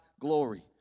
glory